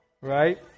Right